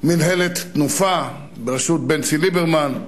מינהלת "תנופה" בראשות בנצי ליברמן,